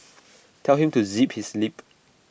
tell him to zip his lip